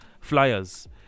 flyers